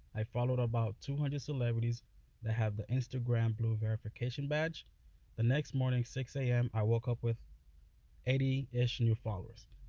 i followed about two hundred celebrities that have the instagram blue verification badge the next morning six a m i woke up with eighty ish new followers.